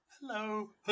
Hello